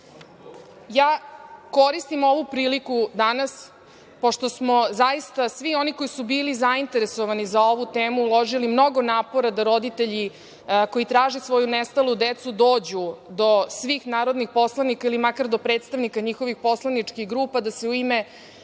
ovu priliku danas pošto zaista, svi oni koji su bili zainteresovani za ovu temu uložili mnogo napora da roditelji koji traže svoju nestalu decu dođu do svih narodnih poslanika ili makar do predstavnika njihovih poslaničkih grupa da se u ime